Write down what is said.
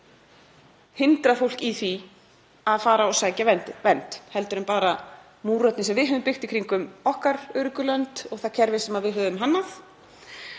hindrað fólk í því að fara og sækja vernd en bara múrarnir sem við höfum byggt í kringum okkar öruggu lönd og það kerfi sem við höfum hannað.